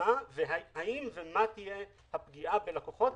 האם ומה תהיה הפגיעה בלקוחות